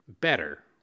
better